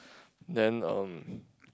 then um